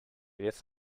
diez